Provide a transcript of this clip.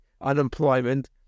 unemployment